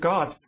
God